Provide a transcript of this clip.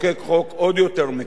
האם זה יגרום לאכיפה.